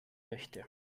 möchte